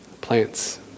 Plants